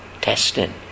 testing